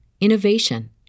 innovation